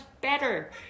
better